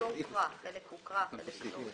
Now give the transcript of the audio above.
חלק הוקרא וחלק לא הוקרא.